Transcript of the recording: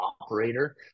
operator